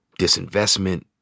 disinvestment